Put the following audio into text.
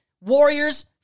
Warriors